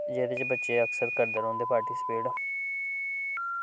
जेह्दे च बच्चे अक्सर करदे रौहंदे प्रैक्टिस परेड